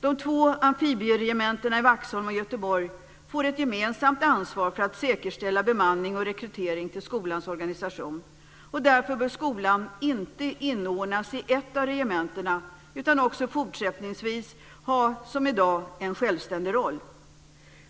De två amfibieregementena i Vaxholm och Göteborg får ett gemensamt ansvar för att säkerställa bemanning och rekrytering till skolans organisation. Därför bör skolan inte inordnas i ett av regementena, utan också fortsättningsvis som i dag ha en självständig roll.